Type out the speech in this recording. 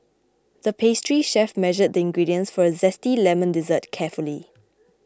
the pastry chef measured the ingredients for a Zesty Lemon Dessert carefully